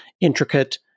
intricate